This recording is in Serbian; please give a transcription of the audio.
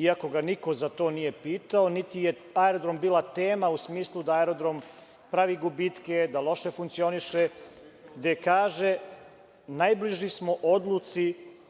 iako ga niko za to nije pitao, niti je aerodrom bila tema, u smislu da aerodrom pravi gubitke, da loše funkcioniše, gde kaže – najbliži smo odluci